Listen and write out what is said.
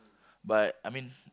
but I mean